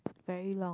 very long